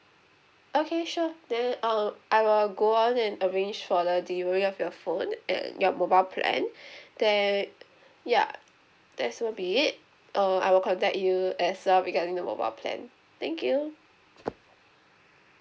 okay sure then um I will go on and arrange for the delivery of your phone and your mobile plan then ya there's will be it uh I will contact you as regarding the mobile plan thank you